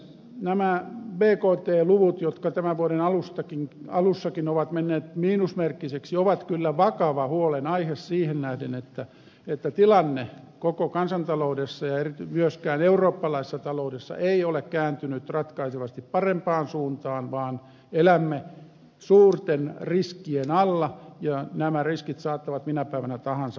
nämä bkt luvut jotka tämän vuoden alussakin ovat menneet miinusmerkkisiksi ovat kyllä vakava huolenaihe siihen nähden että tilanne ei koko kansantaloudessa eikä myöskään eurooppalaisessa taloudessa ole kääntynyt ratkaisevasti parempaan suuntaan vaan elämme suurten riskien alla ja nämä riskit saattavat minä päivänä tahansa laueta käsiin